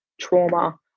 trauma